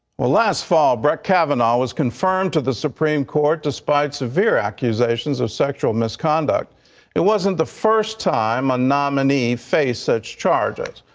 last fall brett cavanagh was confirmed to the supreme court despite so your accusations of sexual misconduct it wasn't the first time a nominee faced such charges.